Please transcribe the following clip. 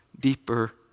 Deeper